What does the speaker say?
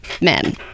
men